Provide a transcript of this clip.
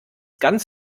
ganz